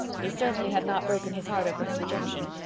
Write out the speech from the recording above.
he certainly had not broken his heart over his rejection.